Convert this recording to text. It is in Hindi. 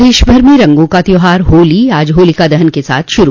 प्रदेश भर में रंगों का त्योहार होली आज होलिका दहन के साथ शुरू